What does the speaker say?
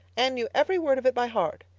anne knew every word of it by heart.